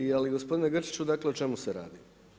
Je li gospodine Grčiću, dakle o čemu se radi?